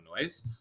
noise